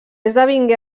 esdevingué